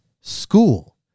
school